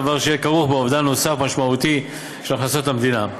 דבר שיהא כרוך באובדן נוסף ומשמעותי של הכנסות המדינה.